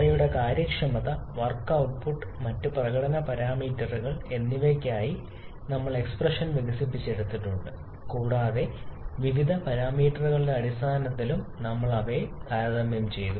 അവയുടെ കാര്യക്ഷമത work output മറ്റ് പ്രകടന പാരാമീറ്ററുകൾ എന്നിവയ്ക്കായി നമ്മൾ എക്സ്പ്രഷൻ വികസിപ്പിച്ചെടുത്തിട്ടുണ്ട് കൂടാതെ വിവിധ പാരാമീറ്ററുകളുടെ അടിസ്ഥാനത്തിലും നമ്മൾ അവയെ താരതമ്യം ചെയ്തു